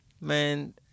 man